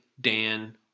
Dan